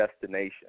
destination